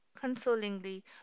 consolingly